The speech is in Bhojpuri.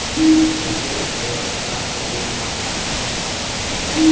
वित्तीय अर्थशास्त्र एक मात्रात्मक अनुशासन हौ